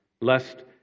lest